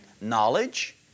knowledge